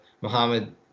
Muhammad